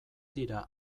dira